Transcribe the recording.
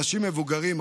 אנשים מבוגרים,